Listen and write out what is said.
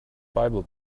bible